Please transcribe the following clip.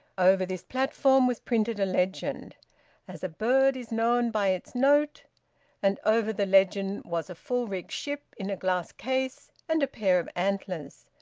over this platform was printed a legend as a bird is known by its note and over the legend was a full-rigged ship in a glass case, and a pair of antlers.